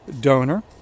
donor